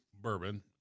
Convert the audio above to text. bourbon